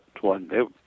one